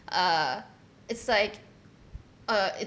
err it's like uh